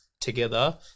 together